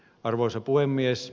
arvoisa puhemies